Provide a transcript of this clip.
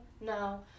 No